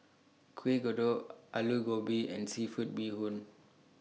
Kueh Kodok Aloo Gobi and Seafood Bee Hoon